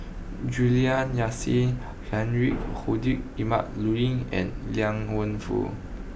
Juliana Yasin Heinrich Ludwig Emil Luering and Liang Wenfu